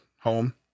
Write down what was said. home